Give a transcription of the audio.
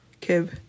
Kib